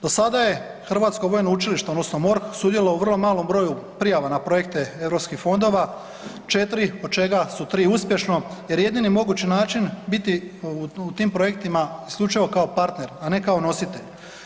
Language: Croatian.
Do sada je hrvatsko vojno učilište odnosno MORH sudjelovao u vrlo malo broju prijava na projekte europskih fondova, 4, od čega su 3 uspješna jer je jedini mogući način biti u tim projektima isključivo a ne kao nositelj.